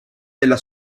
della